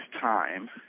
time